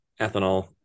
ethanol